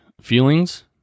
feelings